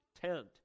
tent